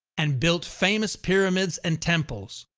and built famous pyramids and temples.